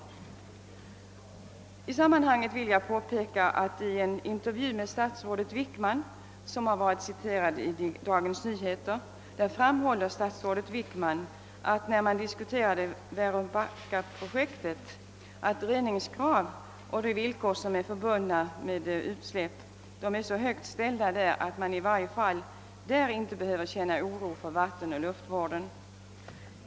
I detta sammanhang vill jag påpeka att statsrådet Wickman, i en intervju som varit citerad i Dagens Nyheter, i samband med diskussionen om bl.a. Väröbacka-projektet framhållit, att reningskraven och de villkor som är förbundna med utsläpp är så högt ställda, att man i varje fall där inte behöver känna oro för vattenoch luftvården.